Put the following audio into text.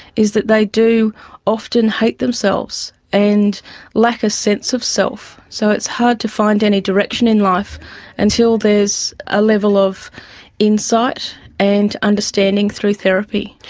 is that they do often hate themselves and lack a sense of self. so it's hard to find any direction in life until there is a level of insight and understanding through therapy.